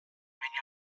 many